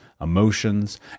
emotions